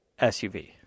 SUV